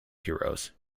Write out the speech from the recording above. heroes